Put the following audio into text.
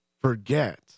forget